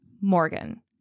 Morgan